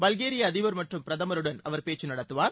பல்கேரிய அதிபர் மற்றும் பிரதமருடன் அவர் பேச்சு நடத்துவார்